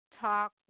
talk